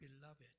beloved